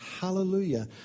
Hallelujah